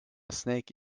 snake